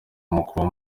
mukuru